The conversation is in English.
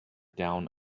down